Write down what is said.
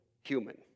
human